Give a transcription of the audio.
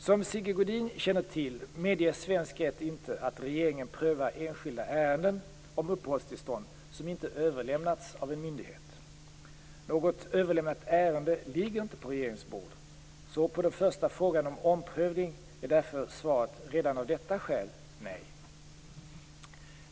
Som Sigge Godin känner till medger svensk rätt inte att regeringen prövar enskilda ärenden om uppehållstillstånd som inte överlämnats av en myndighet. Något överlämnat ärende ligger inte på regeringens bord. På första frågan, om omprövning, är därför svaret redan av detta skäl nej.